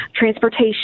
transportation